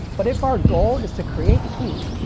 but if our goal is to create heat,